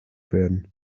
werden